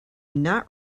not